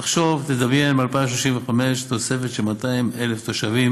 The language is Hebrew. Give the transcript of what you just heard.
תחשוב, תדמיין ב-2035 תוספת של 200,000 תושבים